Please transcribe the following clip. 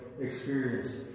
experience